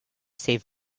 save